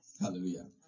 hallelujah